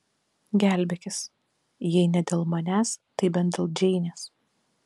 gelbėkis jei ne dėl manęs tai bent dėl džeinės